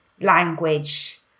language